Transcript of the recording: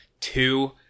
two